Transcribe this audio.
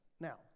Now